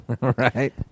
Right